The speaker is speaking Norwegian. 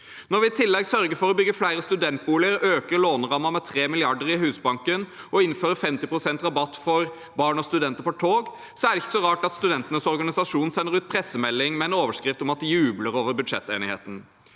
Når vi i tillegg sørger for å bygge flere studentboliger, øker lånerammen med 3 mrd. kr i Husbanken og innfører 50 pst. rabatt på tog for barn og studenter, er det ikke rart at studentenes organisasjon sender ut en pressemelding med en overskrift om at de jubler over budsjettenigheten.